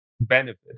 benefit